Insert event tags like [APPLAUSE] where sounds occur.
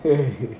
[LAUGHS]